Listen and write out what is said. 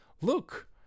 Look